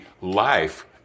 life